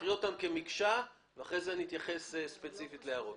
ההגדרות כמקשה אחת ואחרי כן נתייחס ספציפית להערות.